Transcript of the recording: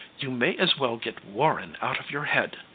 you may as well get warren out of your head,